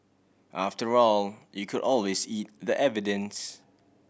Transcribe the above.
after all you could always eat the evidence